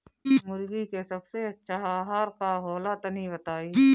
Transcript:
मुर्गी के सबसे अच्छा आहार का होला तनी बताई?